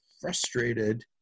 frustrated